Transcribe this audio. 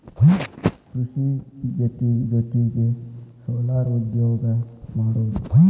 ಕೃಷಿ ಜೊತಿಗೆ ಸೊಲಾರ್ ಉದ್ಯೋಗಾ ಮಾಡುದು